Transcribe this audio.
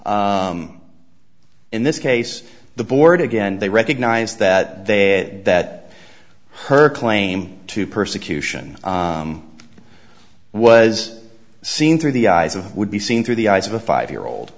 w in this case the board again they recognize that they that her claim to persecution was seen through the eyes of would be seen through the eyes of a five year